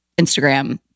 Instagram